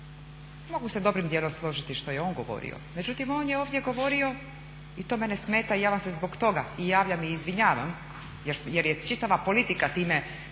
mogu se dobrim dijelom složiti što je on govorio, međutim on je ovdje govorio i to mene smeta i ja vam se zbog toga i javljam i izvinjavam jer je čitava politika time